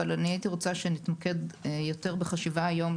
אבל אני הייתי רוצה שנתמקד יותר בחשיבה היום,